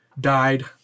died